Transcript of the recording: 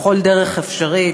בכל דרך אפשרית,